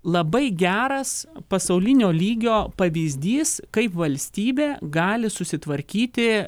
labai geras pasaulinio lygio pavyzdys kaip valstybė gali susitvarkyti